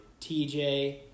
TJ